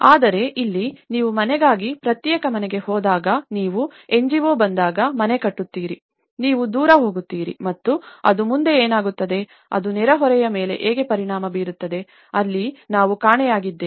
ಆದರೆ ಇಲ್ಲಿ ನೀವು ಮನೆಗಾಗಿ ಪ್ರತ್ಯೇಕ ಮನೆಗೆ ಹೋದಾಗ ನೀವು NGO ಬಂದಾಗ ಮನೆ ಕಟ್ಟುತ್ತೀರಿ ನೀವು ದೂರ ಹೋಗುತ್ತೀರಿ ಮತ್ತು ಅದು ಮುಂದೆ ಏನಾಗುತ್ತದೆ ಅದು ನೆರೆಹೊರೆಯವರ ಮೇಲೆ ಹೇಗೆ ಪರಿಣಾಮ ಬೀರುತ್ತದೆ ಅಲ್ಲಿ ನಾವು ಕಾಣೆಯಾಗಿದ್ದೇವೆ